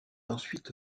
ensuite